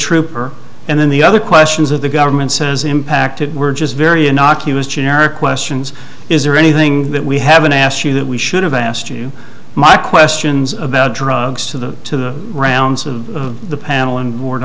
trooper and then the other questions of the government says impacted were just very innocuous generic questions is there anything that we haven't asked you that we should have i asked you my questions about drugs to the rounds of the panel and war